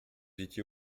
étiez